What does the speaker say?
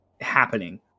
happening